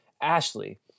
Ashley